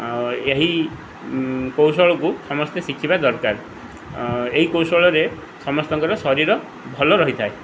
ଆଉ ଏହି କୌଶଳକୁ ସମସ୍ତେ ଶିଖିବା ଦରକାର ଏହି କୌଶଳରେ ସମସ୍ତଙ୍କର ଶରୀର ଭଲ ରହିଥାଏ